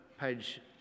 page